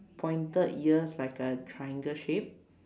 pointed ears like a triangle shape